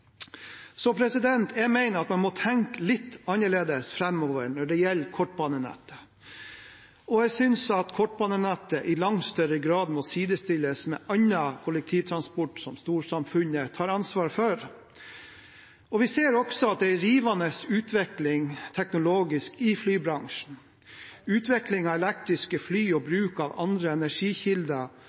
så vidt jeg kjenner til, er det heller ingen togstasjoner som går med overskudd. Jeg mener man må tenke litt annerledes framover når det gjelder kortbanenettet, og jeg synes at kortbanenettet i langt større grad må sidestilles med annen kollektivtransport som storsamfunnet tar ansvar for. Vi ser også at det er en rivende teknologisk utvikling i flybransjen. Utviklingen av elektriske fly og bruk av andre